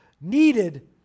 needed